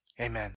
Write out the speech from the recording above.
Amen